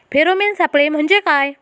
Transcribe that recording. Pheromone सापळे म्हंजे काय?